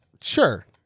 Sure